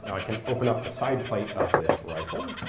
i can open up the side plate of this rifle.